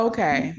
Okay